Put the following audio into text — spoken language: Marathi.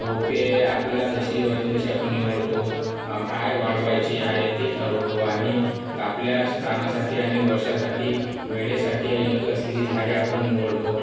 रोपे आपल्याला जशी वजीन तशी आपण निवडतो काय वाढवायचे आहे ते ठरवतो आणि आपल्या स्थानासाठी आणि वर्षासाठी वेळेसाठी अयोग्य असलेली झाडे आपण निवडतो